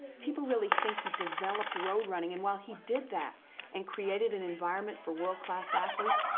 people really think he developed road running, and while he did that and created an environment for world-class athletes,